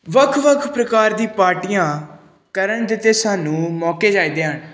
ਵੱਖ ਵੱਖ ਪ੍ਰਕਾਰ ਦੀ ਪਾਰਟੀਆਂ ਕਰਨ ਦੇ ਤਾਂ ਸਾਨੂੰ ਮੌਕੇ ਚਾਹੀਦੇ ਹਨ